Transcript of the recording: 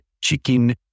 chicken